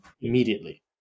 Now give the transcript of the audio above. immediately